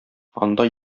анда